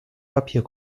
papier